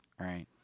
right